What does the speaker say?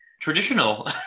traditional